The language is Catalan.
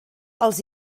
els